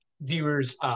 viewers